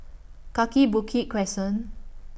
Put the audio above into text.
Kaki Bukit Crescent